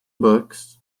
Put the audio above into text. books